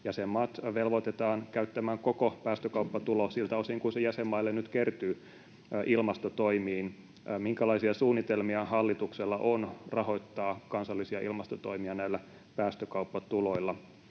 jäsenmaat velvoitetaan käyttämään koko päästökauppatulo ilmastotoimiin, siltä osin kuin sitä jäsenmaille nyt kertyy. Minkälaisia suunnitelmia hallituksella on rahoittaa kansallisia ilmastotoimia näillä päästökauppatuloilla?